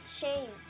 shame